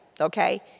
Okay